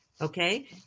okay